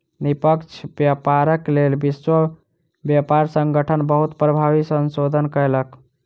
निष्पक्ष व्यापारक लेल विश्व व्यापार संगठन बहुत प्रभावी संशोधन कयलक